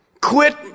quit